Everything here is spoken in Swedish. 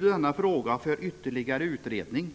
denna fråga ligger för ytterligare utredning.